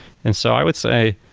and so i would say,